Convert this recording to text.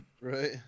Right